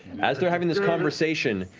as they're having this conversation,